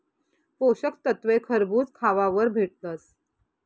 पोषक तत्वे खरबूज खावावर भेटतस